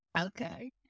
Okay